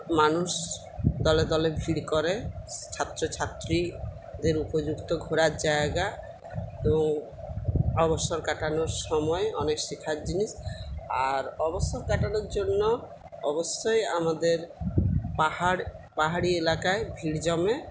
মানুষ দলে দলে ভিড় করে ছাত্রছাত্রীদের উপযুক্ত ঘোরার জায়গা এবং অবসর কাটানোর সময় অনেক শেখার জিনিস আর অবসর কাটানোর জন্য অবশ্যই আমাদের পাহাড় পাহাড়ি এলাকায় ভিড় জমে